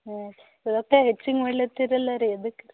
ಹ್ಞೂ ಸ್ವಲ್ಪ ಹೆಚ್ಚಿಗೆ ಮಾಡ್ಲತ್ತದಲ್ಲ ರೀ ಅದಕ್ಕೆ